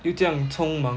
又这样匆忙